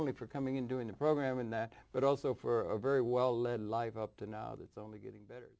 only for coming in doing the program and that but also for a very well led life up to now that's only getting better